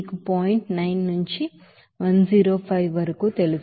9 నుంచి 105 వరకు తెలుసు